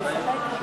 שיקום שכונות,